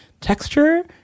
texture